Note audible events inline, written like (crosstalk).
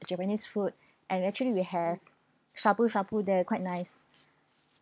the japanese food (breath) and actually we have shabu shabu there quite nice